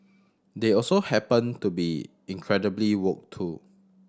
they also happen to be incredibly woke too